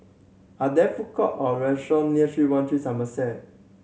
are there food court or restaurant near Three One Three Somerset